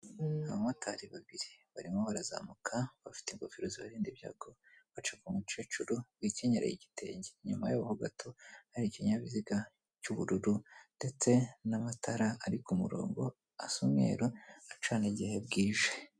Abamotari babiri barimo barazamuka, bafite ingofero zibarinda ibyago, baca k'umukecuru wikenyeraye igitenge, inyuma yabo ho gato hari ikinyabiziga cy'ubururu, ndetse n'amatara ari ku murongo asa umweru, acana igihe bwije.